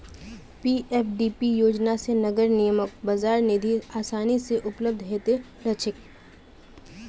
PFDP योजना स नगर निगमक बाजार निधि आसानी स उपलब्ध ह त रह छेक